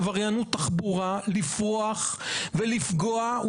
עבריינות תחבורה לפרוח ולפגוע,